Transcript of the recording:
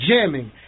Jamming